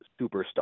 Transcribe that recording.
superstar